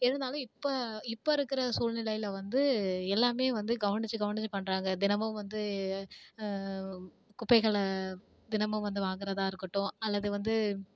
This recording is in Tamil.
இருந்தாலும் இப்போ இப்போ இருக்கிற சூழ்நிலையில வந்து எல்லாமே வந்து கவனிச்சு கவனிச்சு பண்ணுறாங்க தினமும் வந்து குப்பைகளை தினமும் வந்து வாங்குறதாக இருக்கட்டும் அல்லது வந்து